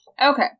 Okay